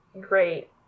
great